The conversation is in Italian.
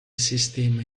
sistema